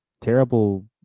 terrible